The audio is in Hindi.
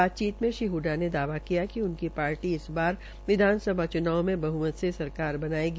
बातचीत मे श्री हडडा ने दावा किया कि उनकी पार्टी विधानसभा च्नाव में बह्मत से सरकार बनायेगी